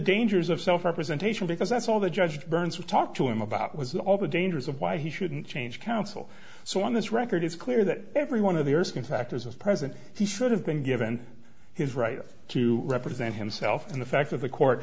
dangers of self representation because that's all the judge burns we talked to him about was all the dangers of why he shouldn't change counsel so on this record it's clear that every one of their skin factors is present he should have been given his right to represent himself and the fact of the court